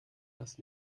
das